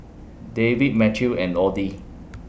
David Mathew and Audy